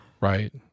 right